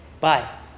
bye